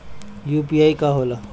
UPI का होला?